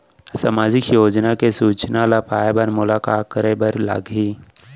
सामाजिक योजना के सूचना ल पाए बर मोला का करे बर लागही?